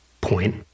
point